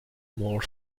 more